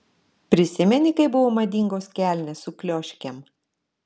prisimeni kai buvo madingos kelnės su klioškėm